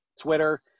Twitter